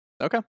Okay